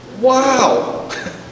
Wow